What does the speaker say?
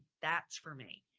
that's for me.